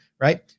right